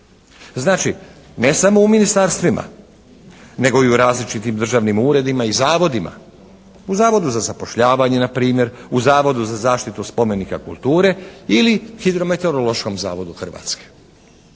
Znači ne samo u ministarstvima nego i u različitim državnim uredima i zavodima. U Zavodu za zapošljavanje na primjer, u Zavodu za zaštitu spomenika kulture ili Hidrometeorološkom zavodu Hrvatske.